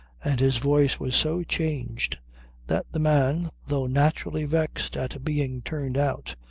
and his voice was so changed that the man, though naturally vexed at being turned out,